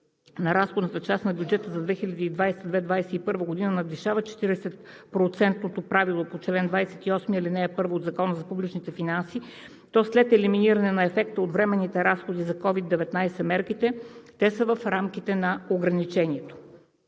на разходната част на бюджета за 2020-а и 2021 г. надвишават 40%-то правило по чл. 28, ал. 1 от Закона за публичните финанси (ЗПФ), то след елиминиране на ефекта от временните разходи за COVID-19 мерки те са в рамките на ограничението.